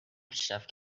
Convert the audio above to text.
پیشرفت